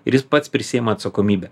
ir jis pats prisiima atsakomybę